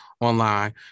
online